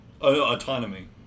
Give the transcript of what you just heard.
autonomy